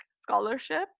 scholarship